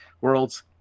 world's